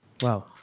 Wow